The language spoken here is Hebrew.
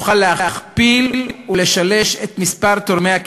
נוכל להכפיל ולשלש את מספר תורמי הכליה,